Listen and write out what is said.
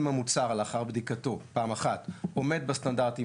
אם המוצר לאחר בדיקתו פעם אחת עומד בסטנדרטים